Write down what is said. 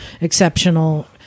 exceptional